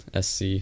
SC